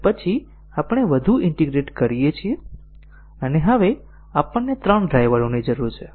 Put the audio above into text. અને પછી આપણે વધુ ઈન્ટીગ્રેટ કરીએ છીએ અને હવે આપણને ત્રણ ડ્રાઇવરોની જરૂર છે